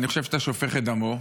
אני חושב שאתה שופך את דמו,